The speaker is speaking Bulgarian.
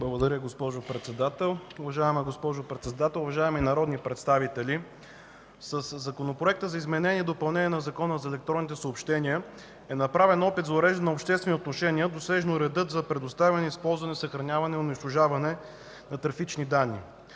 Благодаря, госпожо Председател. Уважаема госпожо Председател, уважаеми народни представители! Със Законопроекта за изменение и допълнение на Закона за електронните съобщения е направен опит за уреждане на обществени отношения досежно реда за предоставяне, използване, съхраняване и унищожаване на трафични данни,